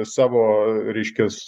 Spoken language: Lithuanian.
savo reiškias